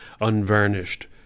unvarnished